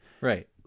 Right